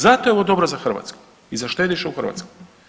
Zato je ovo dobro za Hrvatsku i za štediše u Hrvatskoj.